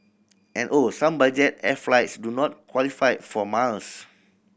and oh some budget air flights do not qualify for miles